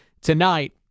tonight